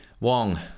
Wong